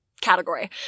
category